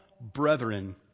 brethren